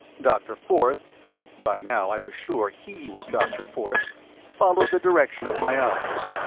dr. forth by now i was sure he was dr. forth followed the direction of my eyes.